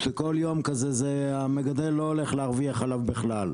כשכל יום כזה המגדל לא הולך להרוויח עליו בכלל.